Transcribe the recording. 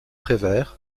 prévert